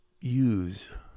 use